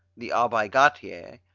the abbe gatier,